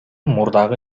мурдагы